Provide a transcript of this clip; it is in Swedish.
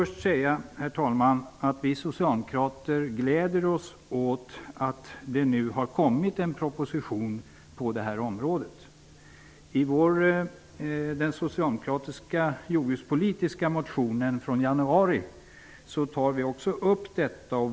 Jag vill först säga att vi socialdemokrater gläder oss åt att det nu har framlagts en proposition på detta område, vilket också framgår av den socialdemokratiska jordbrukspolitiska motionen från januari i år.